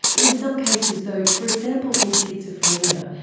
in some cases though, for example, in schizophrenia,